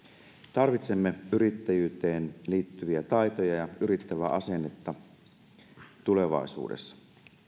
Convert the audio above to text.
tarvitsemme yrittäjyyteen liittyviä taitoja ja yrittävää asennetta tulevaisuudessa